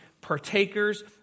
partakers